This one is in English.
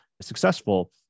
successful